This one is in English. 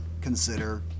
consider